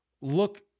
look